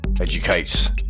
educates